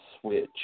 switch